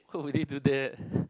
who would they do that